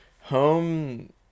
Home